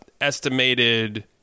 estimated